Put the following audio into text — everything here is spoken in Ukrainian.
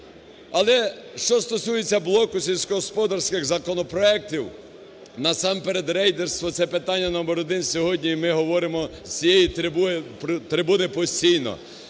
Але, що стосується блоку сільськогосподарських законопроектів, насамперед рейдерство, це питання номер один сьогодні. І ми говоримо з цієї трибуни постійно.